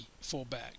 fullback